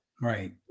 Right